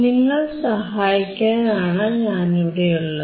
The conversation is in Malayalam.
നിങ്ങളെ സഹായിക്കാനാണ് ഞാനുള്ളത്